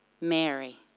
Mary